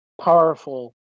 powerful